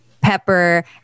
pepper